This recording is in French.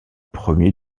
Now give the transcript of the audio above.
premier